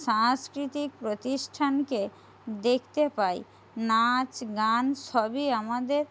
সাংস্কৃতিক প্রতিষ্ঠানকে দেখতে পাই নাচ গান সবই আমাদের